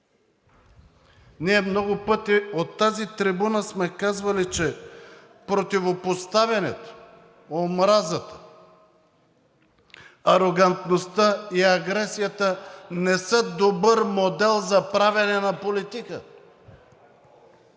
Ние много пъти от тази трибуна сме казвали, че противопоставянето, омразата, арогантността и агресията не са добър модел за правене на политика.